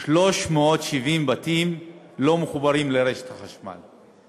370 בתים לא מחוברים לרשת החשמל.